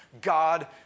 God